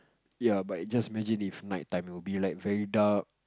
ya but just imagine if night time will be like very dark